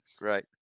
right